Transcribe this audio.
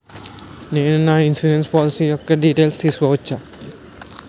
నేను నా insurance policy యెక్క డీటైల్స్ తెల్సుకోవచ్చా?